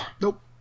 Nope